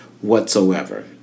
whatsoever